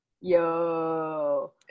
Yo